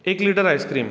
एक litre ice cream